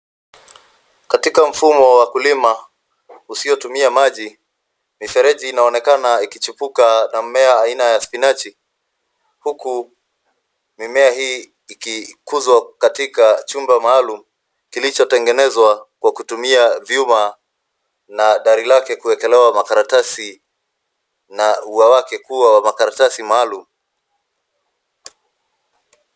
Katika mfumo wa kulima usiotumia maji, mifereji inaonekana ikichipuka na mmea aina ya spinachi , huku mimea hii ikikuzwa katika chumba maalum kilichotengenezwa kwa kutumia vyuma na dari lake kuekelewa makaratasi na ua wake kuwa wa makaratasi maalum.